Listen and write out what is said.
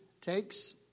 takes